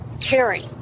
caring